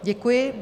Děkuji.